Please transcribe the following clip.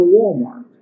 Walmart